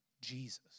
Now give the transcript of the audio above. Jesus